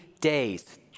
days